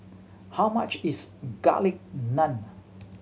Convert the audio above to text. how much is Garlic Naan